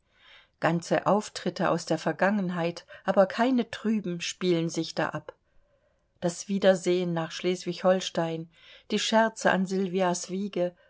ganze auftritte aus der vergangenheit aber keine trüben spielen sich da ab das wiedersehen nach schleswig holstein die scherze an sylvias wiege